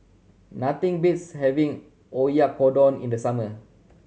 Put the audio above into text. nothing beats having Oyakodon in the summer